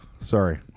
Sorry